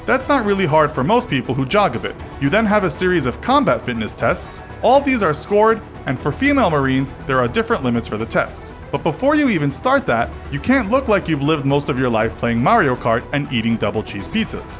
that's not really hard for most people who jog a bit. you then have a series of combat fitness tests. all these are scored and for female marines there are different limits for the tests. but before you even start that, you can't look like you've lived most of your life playing mario kart and eating double-cheese pizza.